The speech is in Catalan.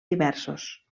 diversos